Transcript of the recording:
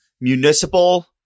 Municipal